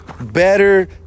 better